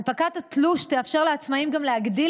הנפקת התלוש תאפשר לעצמאים גם להגדיל